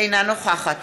אינה נוכחת